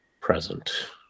present